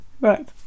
Right